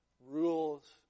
rules